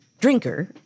drinker